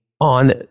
on